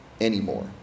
Anymore